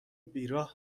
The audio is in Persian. بیراه